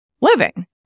living